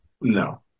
No